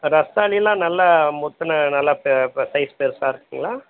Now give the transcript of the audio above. ரஸ்தாளியெலாம் நல்லா முற்றின நல்லா ப சைஸ் பெருசாக இருக்குதுங்களா